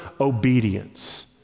obedience